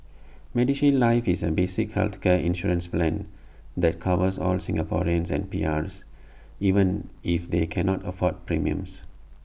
medishield life is A basic healthcare insurance plan that covers all Singaporeans and PRs even if they cannot afford premiums